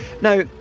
Now